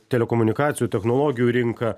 telekomunikacijų technologijų rinka